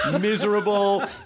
Miserable